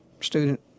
student